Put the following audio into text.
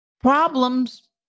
Problems